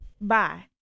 Bye